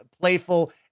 playful